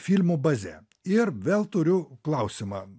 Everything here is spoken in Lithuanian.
filmų baze ir vėl turiu klausimą